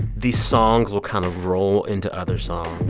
these songs will kind of roll into other songs.